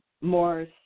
more